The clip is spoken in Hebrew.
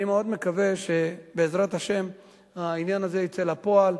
אני מקווה מאוד שבעזרת השם העניין הזה יצא לפועל.